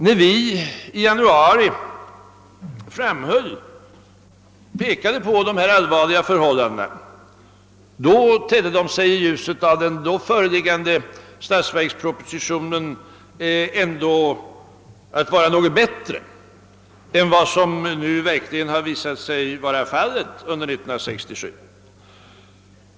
När vi i januari betonade dessa allvarliga förållanden tedde de sig, i ljuset av den då föreliggande statsverkspropositionen, ändå något bättre än vad de nu verkligen visat sig vara under 1967.